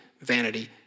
vanity